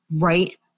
right